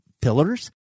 pillars